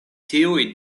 tiuj